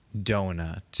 donut